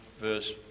verse